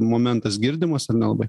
momentas girdimas ar nelabai